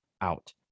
out